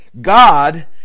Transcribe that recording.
God